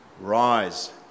rise